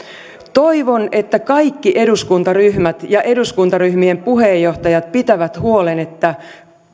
toivon että kaikki eduskuntaryhmät ja eduskuntaryhmien puheenjohtajat pitävät huolen että